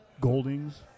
Golding's